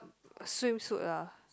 swim suit ah